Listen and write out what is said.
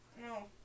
No